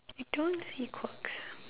I don't see quirks